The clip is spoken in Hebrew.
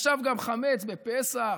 שעכשיו גם חמץ בפסח.